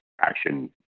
action